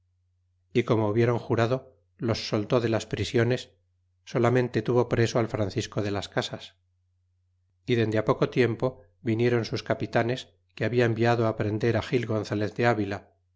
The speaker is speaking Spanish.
y como hubieron jurado los soltó de las prisiones solamente tuvo preso al francisco de las casas y dende poco tiempo viniéron sus capitanes que habla enviado prender gil gonzalez de avila